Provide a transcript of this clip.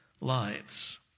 lives